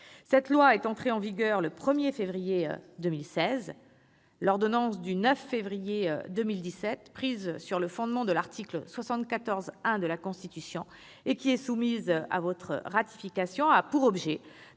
Cette loi est entrée en vigueur le 1 février 2016. L'ordonnance du 9 février 2017, prise sur le fondement de l'article 74-1 de la Constitution et soumise aujourd'hui à votre ratification, a pour objet